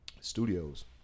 studios